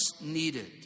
needed